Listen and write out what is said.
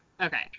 okay